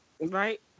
Right